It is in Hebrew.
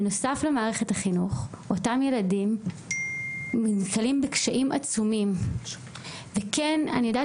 בנוסף למערכת החינוך אותם ילדים נתקלים בקשיים עצומים וכן אני יודעת